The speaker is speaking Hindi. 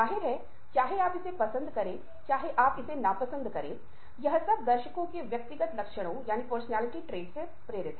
यह भाषाई अवरोध हो सकता है जैसे आप मुझे नहीं समझते या आप इस भाषा को बोलने के तरीके को नहीं समझते हैं